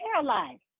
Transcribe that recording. paralyzed